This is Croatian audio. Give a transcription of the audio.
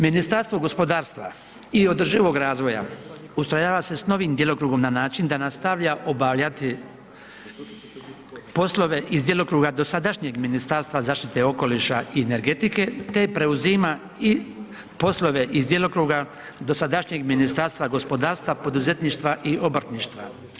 Ministarstvo gospodarstva i održivog razvoja ustrojava se s novim djelokrugom na način da nastavlja obavljati poslove iz djelokruga dosadašnjeg Ministarstva zaštite okoliša i energetike, te preuzima i poslove iz djelokruga dosadašnjeg Ministarstva gospodarstva, poduzetništva i obrtništva.